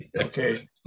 Okay